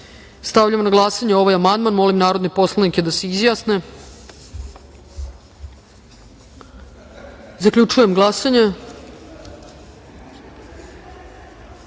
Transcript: Rakić. Stavljam na glasanje ovaj amandman. Molim narodne poslanike da se izjasne. Zaključujem glasanje: